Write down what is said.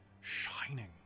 shining